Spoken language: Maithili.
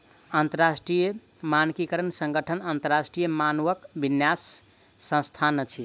अंतरराष्ट्रीय मानकीकरण संगठन अन्तरराष्ट्रीय मानकक विन्यास संस्थान अछि